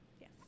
Yes